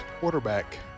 quarterback